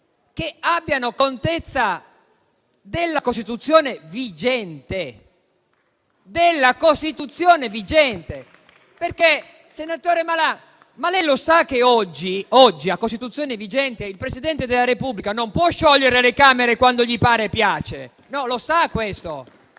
che abbiano contezza della Costituzione vigente. Senatore Malan, ma lei lo sa che oggi, a Costituzione vigente, il Presidente della Repubblica non può sciogliere le Camere quando gli pare e piace? Lo sa questo?